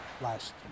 last